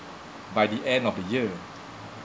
by the end of the year